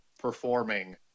performing